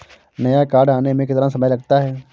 नया कार्ड आने में कितना समय लगता है?